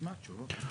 נשמע תשובות.